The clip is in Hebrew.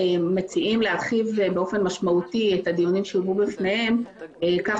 מציעים להרחיב באופן משמעותי את הדיונים שיובאו בפניהם כך